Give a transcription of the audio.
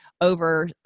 over